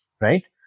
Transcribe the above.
right